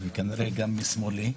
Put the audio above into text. וכנראה גם משמאלי,